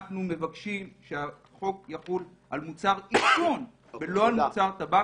אנחנו מבקשים שהחוק יחול על מוצר עישון ולא על מוצר טבק.